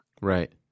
Right